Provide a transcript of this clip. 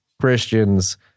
Christians